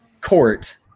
court